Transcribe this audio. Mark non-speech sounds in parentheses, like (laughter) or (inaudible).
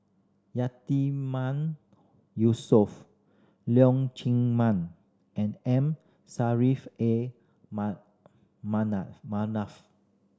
Yatiman Yusof Leong Chee Mun and M (unintelligible) A (unintelligible) Manaf